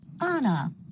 Anna